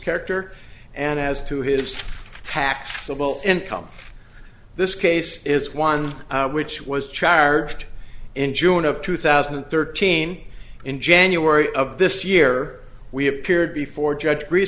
character and as to his taxable income this case is one which was charged in june of two thousand and thirteen in january of this year we appeared before judge